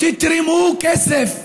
תתרמו כסף.